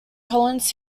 collins